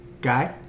guy